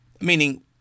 meaning